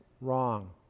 wrong